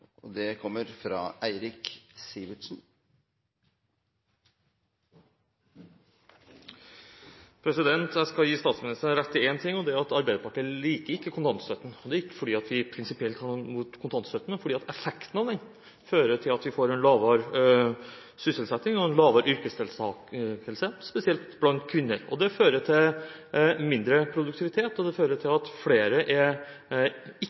fra Eirik Sivertsen. Jeg skal gi statsministeren rett i én ting – Arbeiderpartiet liker ikke kontantstøtten. Det er ikke fordi vi prinsipielt har noe imot kontantstøtten, men fordi effekten av den fører til at vi får lavere sysselsetting og lavere yrkesdeltakelse, spesielt blant kvinner. Det fører til mindre produktivitet, og det fører til at flere ikke er